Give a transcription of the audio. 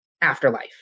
afterlife